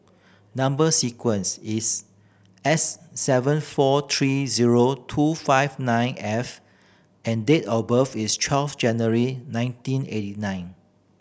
number sequence is S seven four three zero two five nine F and date of birth is twelve January nineteen eighty nine